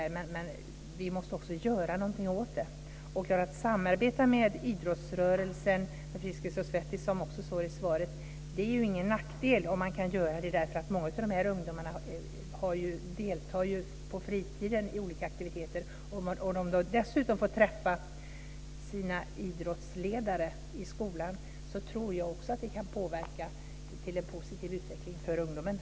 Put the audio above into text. Men vi måste också göra någonting åt det. Att samarbeta med idrottsrörelsen, med Friskis & Svettis som det står i svaret, är ju ingen nackdel. Många av dessa ungdomar deltar ju på fritiden i olika aktiviteter. Om de då dessutom får träffa sina idrottsledare i skolan, så tror jag också att det kan påverka och leda till en positiv utveckling för ungdomarna.